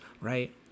right